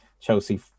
Chelsea